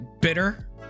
bitter